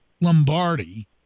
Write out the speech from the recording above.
Lombardi